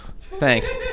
Thanks